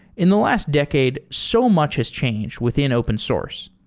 in the last decade, so much has changed within open source.